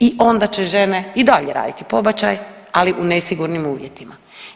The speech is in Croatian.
I onda će žene i dalje raditi pobačaj, ali u nesigurnim uvjetima.